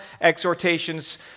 exhortation's